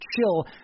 chill